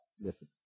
Listen